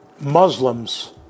Muslims